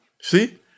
See